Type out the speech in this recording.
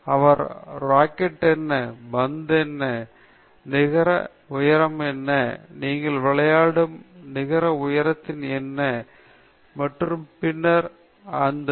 அவர் racket என்ன பந்தை என்ன நிகர உயரம் என்ன நீங்கள் விளையாடும் நிகர உயரத்தின் என்ன மற்றும் பின்னர் அவர் இந்த சர்வர் மற்றும் அனைத்து திரும்ப தொடங்கும் என்று சொல்ல வேண்டும் அவர் கற்பேன்